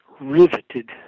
riveted